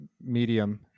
medium